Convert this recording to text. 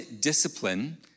discipline